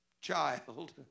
child